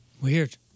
Weird